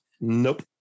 nope